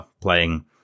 playing